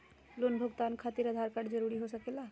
Loan भुगतान खातिर Aadhaar card जरूरी हो सके ला?